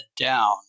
down